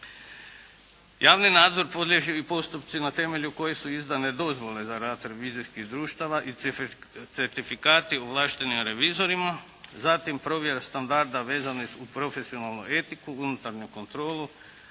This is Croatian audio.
Javni nadzor podliježe i postupci na temelju kojih su izdane dozvole za rad revizijskih društava i certifikati ovlašteni na revizorima, zatim provjera standarda vezanih uz profesionalnu etiku, unutarnju kontrolu,